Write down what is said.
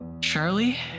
Charlie